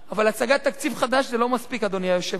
אבל הצגת תקציב חדש לא מספיקה, אדוני היושב-ראש.